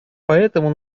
поэтому